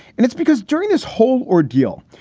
and it's because during this whole ordeal,